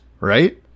right